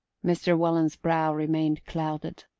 mr. welland's brow remained clouded,